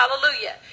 Hallelujah